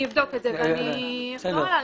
אני אבדוק את זה ואני אחזור אליך.